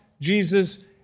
Jesus